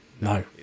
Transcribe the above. No